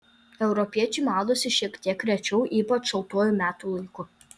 europiečiai maudosi šiek tiek rečiau ypač šaltuoju metų laiku